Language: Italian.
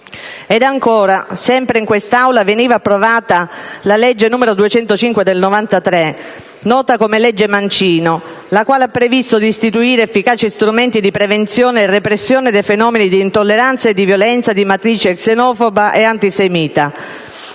Ed ancora, sempre in quest'Aula veniva approvata la legge n. 205 del 1993, nota come legge Mancino, la quale ha previsto di istituire efficaci strumenti di prevenzione e repressione dei fenomeni di intolleranza e di violenza di matrice xenofoba o antisemita.